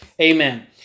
Amen